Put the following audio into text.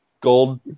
Gold